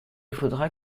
faudra